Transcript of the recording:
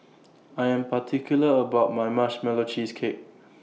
I Am particular about My Marshmallow Cheesecake